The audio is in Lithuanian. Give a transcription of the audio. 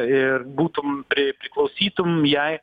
ir būtum pri priklausytum jai